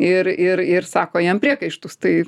ir ir ir sako jam priekaištus tai